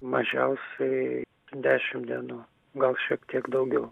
mažiausiai dešim dienų gal šiek tiek daugiau